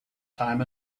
time